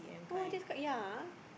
oh that's quite young ah